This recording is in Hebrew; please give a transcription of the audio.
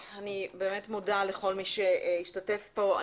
אני מודה לכל מי שהשתתף פה.